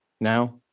now